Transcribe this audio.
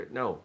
no